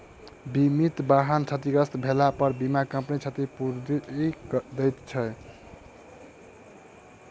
बीमित वाहन क्षतिग्रस्त भेलापर बीमा कम्पनी क्षतिपूर्ति दैत छै